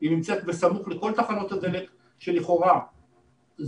היא נמצאת בסמוך לכל תחנות הדלק שלכאורה זכו,